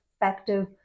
effective